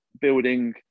building